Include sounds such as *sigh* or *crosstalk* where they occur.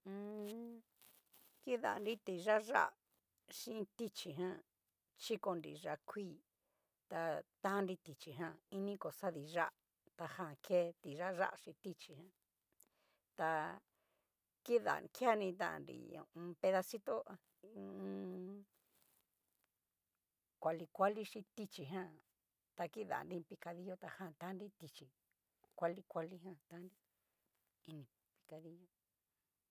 *hesitation* kidanri ti'ayá chin tichí jan, chikonri yá'a kuii ta tan nri tichí jan, ini kosadi yá'a, ta jan ke tiayá chin tichí jan, ta kida keani tán nri ho o on. pedacito *hesitation* kuali kuali chí tichí jan ta kidanri iin picadillo ta tannri tichí kuali kuali jan tanri ini pikadillo.